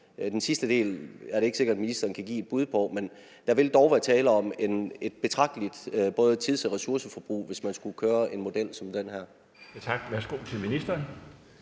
Den sidste del er det ikke sikkert ministeren kan give et bud på, men der vil dog være tale om et betragteligt både tids- og ressourceforbrug, hvis man skulle gøre det med en model som den her.